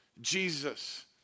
Jesus